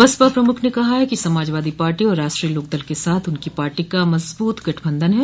बसपा प्रमुख ने कहा कि समाजवादी पार्टी और राष्ट्रीय लोकदल के साथ उनकी पार्टी का मज़बूत गठबंधन है